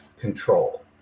control